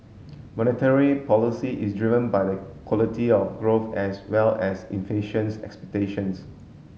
monetary policy is driven by the quality of growth as well as inflations expectations